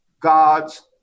gods